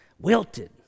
wilted